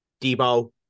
Debo